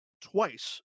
twice